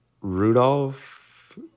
Rudolph